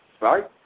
right